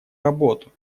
работу